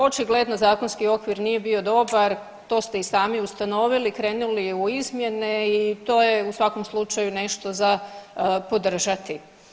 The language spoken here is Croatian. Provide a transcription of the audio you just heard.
Očigledno zakonski okvir nije bio dobar, to ste i sami ustanovili, krenuli u izmjene i to je u svakom slučaju nešto za podržati.